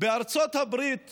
של ההתיישבות